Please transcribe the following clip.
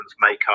makeup